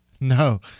No